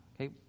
Okay